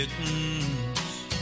kittens